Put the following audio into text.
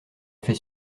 fait